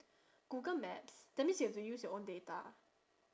Google Maps that means you have to use your own data